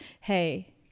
Hey